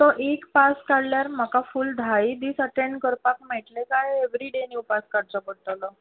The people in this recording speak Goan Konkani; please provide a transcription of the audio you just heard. सो एक पास काडल्यार म्हाका फूल धायी दीस अटेंड करपाक मेळटले काय ऍवरी डे नीव पास काडचो पडटलो